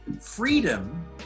Freedom